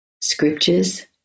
scriptures